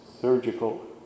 surgical